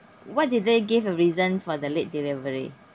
what did they gave a reason for the late delivery